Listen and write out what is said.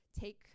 take